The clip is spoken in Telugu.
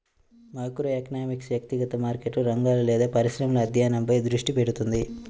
మైక్రోఎకనామిక్స్ వ్యక్తిగత మార్కెట్లు, రంగాలు లేదా పరిశ్రమల అధ్యయనంపై దృష్టి పెడుతుంది